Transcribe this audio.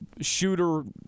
shooter